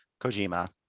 kojima